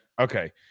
Okay